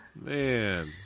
Man